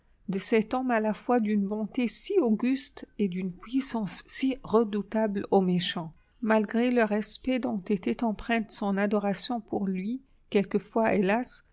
de cet homme à la fois d'une bonté si auguste et d'une puissance si redoutable aux méchants malgré le respect dont était empreinte son adoration pour lui quelquefois hélas